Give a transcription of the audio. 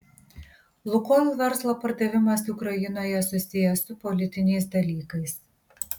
lukoil verslo pardavimas ukrainoje susijęs su politiniais dalykais